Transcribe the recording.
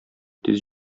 тиз